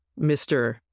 Mr